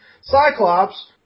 Cyclops